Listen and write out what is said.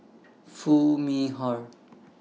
Foo Mee Har